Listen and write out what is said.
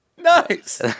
nice